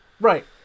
right